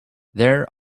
there